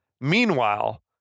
meanwhile